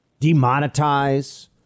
Demonetize